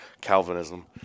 Calvinism